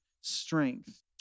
strength